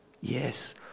Yes